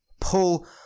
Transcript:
pull